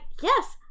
yes